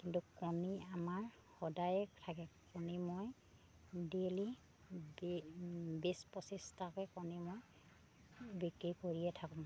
কিন্তু কণী আমাৰ সদায়ে থাকে কণী মই ডেইলি বি বিছ পঁচিছটাকৈ কণী মই বিক্ৰী কৰিয়ে থাকোঁ